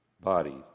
body